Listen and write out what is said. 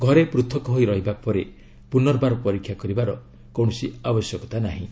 ଘରେ ପୃଥକ ହୋଇ ରହିବା ପରେ ପୁନର୍ବାର ପରୀକ୍ଷା କରିବାର କୌଣସି ଆବଶ୍ୟକତା ନାହିଁ